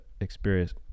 experience